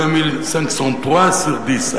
deux mille cinq cent trois sur dix,